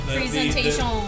presentation